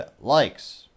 likes